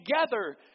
together